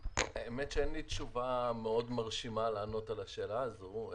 האמת שאין לי תשובה מאוד מרשימה לענות על השאלה הזו.